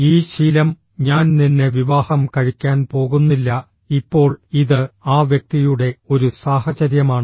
ഈ ശീലം ഞാൻ നിന്നെ വിവാഹം കഴിക്കാൻ പോകുന്നില്ല ഇപ്പോൾ ഇത് ആ വ്യക്തിയുടെ ഒരു സാഹചര്യമാണ്